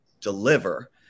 deliver